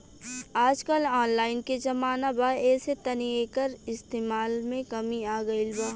आजकल ऑनलाइन के जमाना बा ऐसे तनी एकर इस्तमाल में कमी आ गइल बा